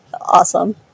awesome